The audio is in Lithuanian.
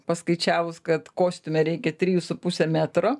paskaičiavus kad kostiume reikia trijų su puse metro